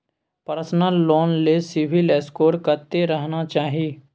Personal loan ले CIBIL score कत्ते रहना चाही?